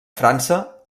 frança